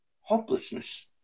Hopelessness